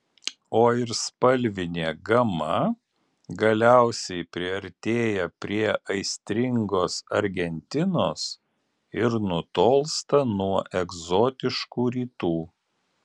o ir spalvinė gama galiausiai priartėja prie aistringos argentinos ir nutolsta nuo egzotiškų rytų